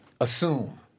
assume